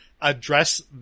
address